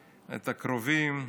את הקרובים.